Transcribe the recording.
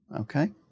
Okay